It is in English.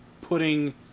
putting